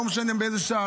לא משנה באיזו שעה,